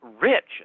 rich